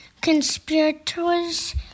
conspirators